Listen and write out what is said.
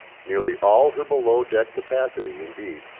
nearly all her below-deck capacity, indeed,